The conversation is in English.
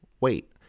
wait